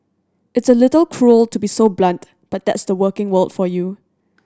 it's a little cruel to be so blunt but that's the working world for you